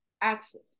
access